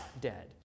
dead